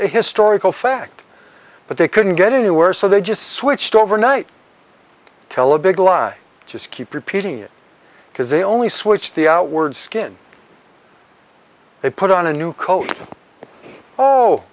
historical fact but they couldn't get anywhere so they just switched overnight tell a big lie just keep repeating it because they only switched the out word skin they put on a new coat oh